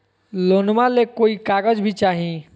लोनमा ले कोई कागज भी चाही?